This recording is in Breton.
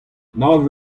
nav